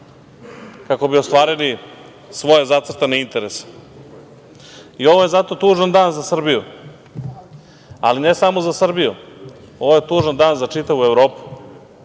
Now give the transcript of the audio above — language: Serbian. kako bi ostvarili svoje zacrtane interese. Ovo je zato tužan dan za Srbiju, ali ne samo za Srbiju, ovo je tužan dan za čitavu Evropu,